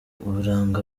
uburanga